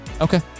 Okay